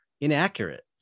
inaccurate